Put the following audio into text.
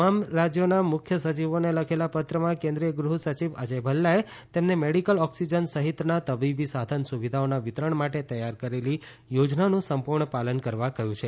તમામ રાજ્યોના મુખ્ય સચિવોને લખેલા પત્રમાં કેન્દ્રીય ગૃહ સચિવ અજય ભલ્લાએ તેમને મેડિકલ ઓક્સિજન સહિતના તબીબી સાધન સુવિધાઓના વિતરણ માટે તૈયાર કરેલી યોજનાનું સંપૂર્ણ પાલન કરવાનું કહ્યું છે